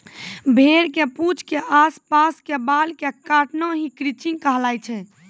भेड़ के पूंछ के आस पास के बाल कॅ काटना हीं क्रचिंग कहलाय छै